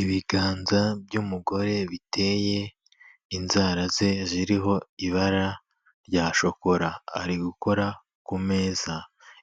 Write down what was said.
Ibiganza by'umugore biteye inzara ze ziriho ibara rya shokora, ari gukora ku meza